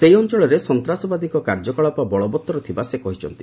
ସେହି ଅଞ୍ଚଳରେ ସନ୍ତ୍ରାସବାଦୀଙ୍କ କାର୍ଯ୍ୟକଳାପ ବଳବଉର ଥିବା ସେ କହିଛନ୍ତି